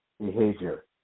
behavior